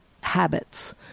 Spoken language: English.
habits